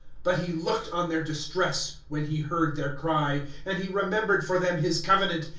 but he looked on their distress, when he heard their cry. and he remembered for them his covenant,